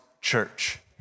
Church